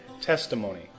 Testimony